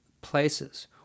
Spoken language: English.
places